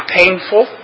painful